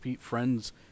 friends